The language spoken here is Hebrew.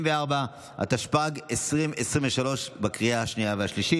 74), התשפ"ג 2023, לקריאה השנייה והשלישית.